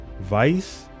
vice